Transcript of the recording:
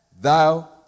thou